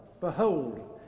Behold